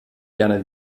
gerne